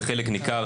וחלק ניכר